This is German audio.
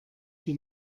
die